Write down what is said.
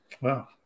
Wow